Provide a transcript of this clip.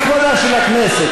לכבודה של הכנסת,